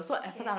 okay